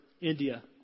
India